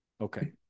Okay